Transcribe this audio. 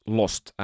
lost